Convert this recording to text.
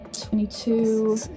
twenty-two